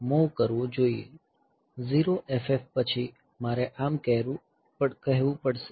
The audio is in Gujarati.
0FF H પછી મારે આમ કહેવું પડશે